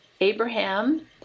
Abraham